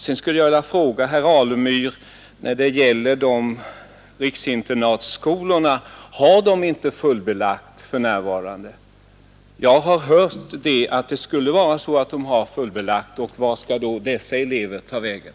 Sedan skulle jag vilja fråga herr Alemyr när det gäller riksinternatskolorna: Har de inte fullbelagt för närvarande? Jag har hört att de skulle ha det. Vart skall då dessa elever ta vägen?